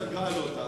סגרה לו אותה.